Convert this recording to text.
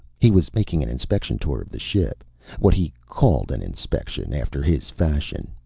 he was making an inspection tour of the ship what he called an inspection, after his fashion.